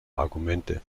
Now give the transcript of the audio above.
argumente